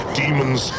demons